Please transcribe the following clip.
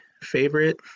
favorite